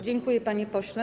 Dziękuję, panie pośle.